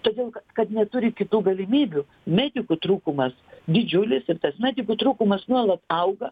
todėl kad neturi kitų galimybių medikų trūkumas didžiulis ir tas medikų trūkumas nuolat auga